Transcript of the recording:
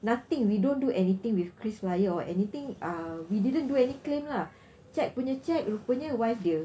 nothing we don't do anything with krisflyer or anything uh we didn't do any claim lah check punya check rupanya wife dia